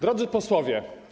Drodzy Posłowie!